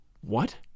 What